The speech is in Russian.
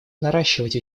наращивать